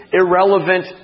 irrelevant